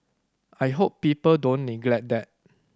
I hope people don't neglect that